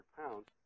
pounds